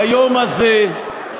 ביום הזה,